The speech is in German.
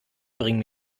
bringen